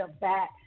back